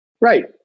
Right